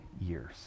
years